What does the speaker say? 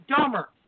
dumber